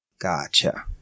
Gotcha